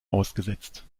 ausgesetzt